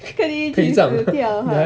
跟你一起死掉 ah